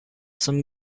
some